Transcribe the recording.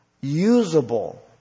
usable